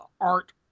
art